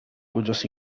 cuyos